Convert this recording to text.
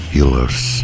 Healers